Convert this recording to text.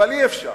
אבל אי-אפשר.